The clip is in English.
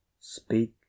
speak